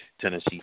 Tennessee